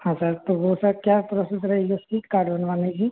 हाँ सर तो वो सर क्या प्रोसेस रहेगी उसकी कार्ड बनवाने की